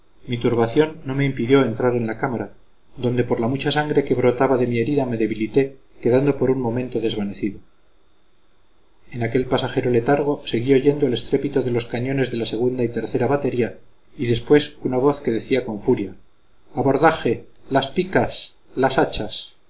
mi turbación no me impidió entrar en la cámara donde por la mucha sangre que brotaba de mi herida me debilité quedando por un momento desvanecido en aquel pasajero letargo seguí oyendo el estrépito de los cañones de la segunda y tercera batería y después una voz que decía con furia abordaje las picas las hachas